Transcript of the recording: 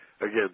Again